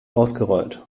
ausgerollt